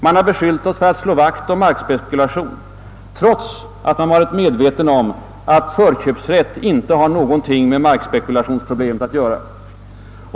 Man har beskyllt oss för att slå vakt om markspekulation, trots att man varit medveten om att förköpsrätten inte har någonting med markspekulationsproblemen att göra.